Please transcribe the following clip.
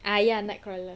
ah ya night crawler